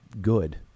good